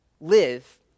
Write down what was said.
live